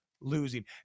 losing